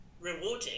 rewarding